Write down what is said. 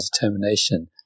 determination